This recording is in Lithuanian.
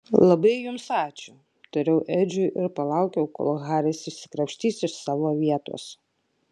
labai jums ačiū tariau edžiui ir palaukiau kol haris išsikrapštys iš savo vietos